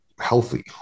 healthy